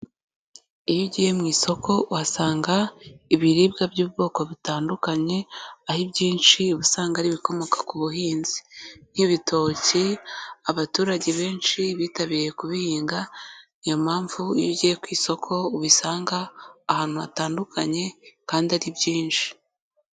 Iyo ugiye mu isoko uhasanga ibiribwa by'ubwoko butandukanye, aho ibyinshi usanga ari ibikomoka ku buhinzi, nk'ibitoki abaturage benshi bitabiriye kubihinga ni yo mpamvu iyo ugiye ku isoko ubisanga ahantu hatandukanye kandi ari byinshi.